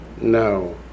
No